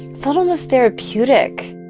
felt almost therapeutic